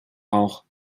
auch